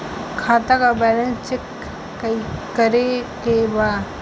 खाता का balance check करे के बा?